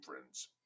friends